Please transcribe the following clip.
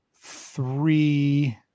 three